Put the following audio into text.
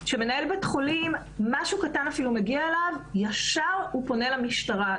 שמנהל בית חולים - אם אפילו משהו קטן מגיע אליו הוא ישר פונה למשטרה.